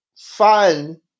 Fun